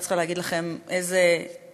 אני לא צריכה להגיד לכם איזה עונג